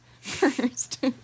First